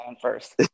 first